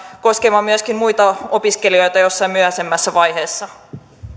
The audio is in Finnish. koskemaan myöskin muita opiskelijoita jossain myöhäisemmässä vaiheessa